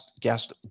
guest